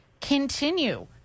continue